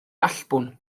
allbwn